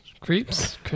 Creeps